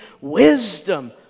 wisdom